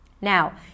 Now